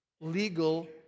legal